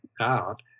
out